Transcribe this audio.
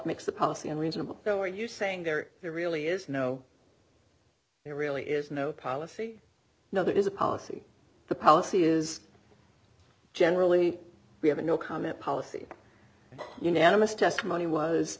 makes the policy unreasonable so are you saying there really is no there really is no policy no there is a policy the policy is generally we have a no comment policy you know animists testimony was